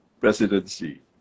presidency